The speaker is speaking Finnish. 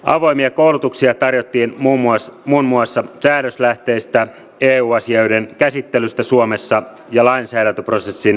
avoimia koulutuksia tarjottiin muun muassa säädöslähteistä eu asioiden käsittelystä suomessa ja lainsäädäntöprosessin tiedonlähteistä